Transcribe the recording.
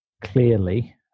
clearly